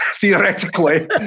theoretically